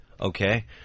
okay